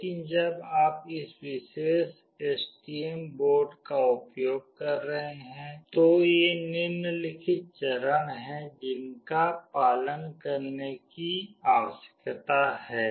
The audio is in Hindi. लेकिन जब आप इस विशेष एसटीएम बोर्ड का उपयोग कर रहे हैं तो ये निम्नलिखित चरण हैं जिनका पालन करने की आवश्यकता है